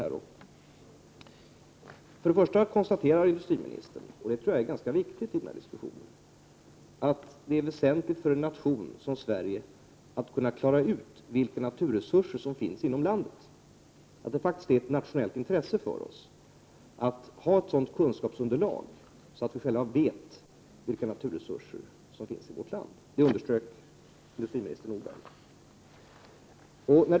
Industriministern konstaterade till en början — och det tror jag är ganska viktigt i den här diskussionen — att det är väsentligt för en nation som Sverige att kunna klara ut vilka naturresurser som finns inom landet. Det är faktiskt av ett nationellt intresse för oss att ha ett sådant kunskapsunderlag så att vi själva vet vilka naturresurser som finns i vårt land. Det underströk industriminister Nordberg.